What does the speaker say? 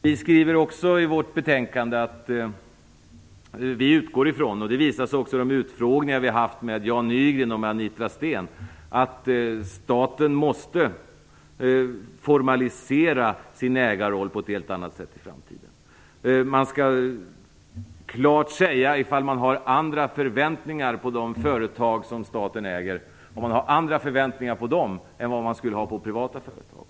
Vi skriver också i vårt betänkande att vi utgår från, och det visade också de utfrågningar vi har haft med Jan Nygren och Anitra Steen, att staten måste formalisera sin ägarroll på ett helt annat sätt i framtiden. Man skall klart säga om man har andra förväntningar på de företag som staten äger än man skulle ha på privata företag.